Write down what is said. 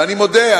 ואני מודה,